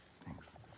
thanks